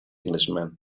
englishman